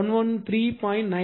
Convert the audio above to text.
015 113